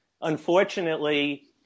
unfortunately